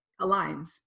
aligns